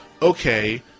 Okay